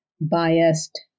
biased